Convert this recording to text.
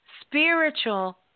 spiritual